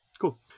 Cool